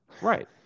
Right